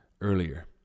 earlier